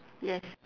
yes